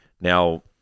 Now